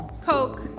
Coke